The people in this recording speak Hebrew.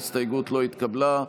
ההסתייגות לא התקבלה.